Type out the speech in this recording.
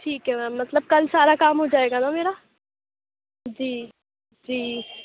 ٹھیک ہے میم مطلب کل سارا کام ہو جائے گا نہ میرا جی جی